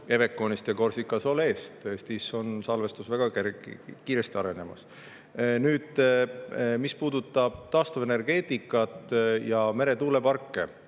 Eveconist ja Corsica Solest. Eestis on salvestus väga kiiresti arenemas. Nüüd, mis puudutab taastuvenergeetikat ja meretuuleparke,